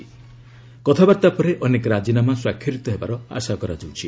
କଥାବାର୍ଭା ପରେ ଅନେକ ରାଜିନାମା ସ୍ୱାକ୍ଷରିତ ହେବାର ଆଶା କରାଯାଉଛି